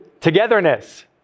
Togetherness